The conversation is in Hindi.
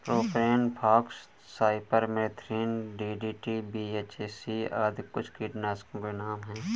प्रोपेन फॉक्स, साइपरमेथ्रिन, डी.डी.टी, बीएचसी आदि कुछ कीटनाशकों के नाम हैं